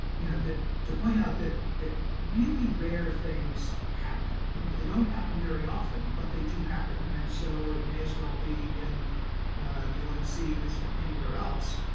you know that to point out that really rare things happen. you know they don't happen very often, but they do happen, and so it may as well be in the lmc as anywhere else.